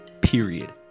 Period